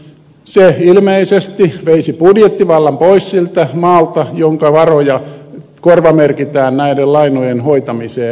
se ilmeisesti veisi budjettivallan pois siltä maalta jonka varoja korvamerkitään näiden lainojen hoitamiseen